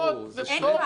- אין ועדה?